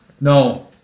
no